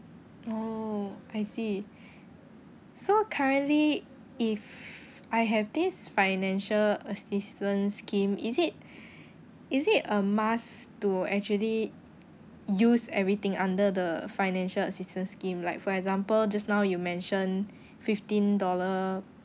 oh I see so currently if I have this financial assistance scheme is it is it a must to actually use everything under the financial assistance scheme like for example just now you mentioned fifteen dollar